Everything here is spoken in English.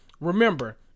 Remember